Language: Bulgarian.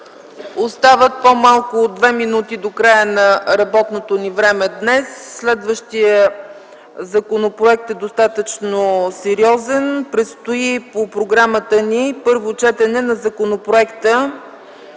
Остават по-малко от две минути до края на работното ни време днес. Следващият законопроект е достатъчно сериозен. Предстои по програмата ни първо четене на Законопроекта